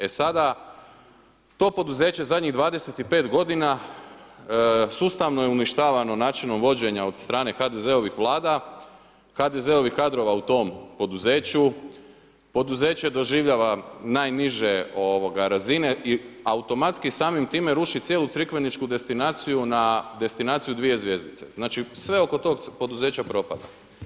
E sada to poduzeće zadnjih 25 godina sustavno je uništavano načinom vođenja od strane HDZ-ovih vlada, HDZ-ovih kadrova u tom poduzeću, poduzeće doživljava najniže razine i automatski samim time ruši cijelu crikveničku destinaciju na destinaciju dvije zvjezdice, znači sve oko tog poduzeća propada.